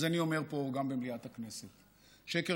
אז אני אומר פה גם במליאת הכנסת: שקר